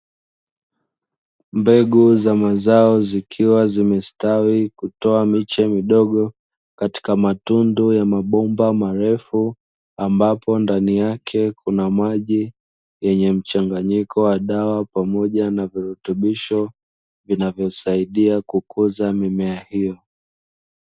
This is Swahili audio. Mbegu za mazao zikiwa zimestawi kutoa miche midogo katika matundu ya mabomba marefu, ambapo ndani yake kuna maji yenye mchanganyiko wa dawa pamoja na virutubisho vinavyosaidia kukuza mimea hiyo.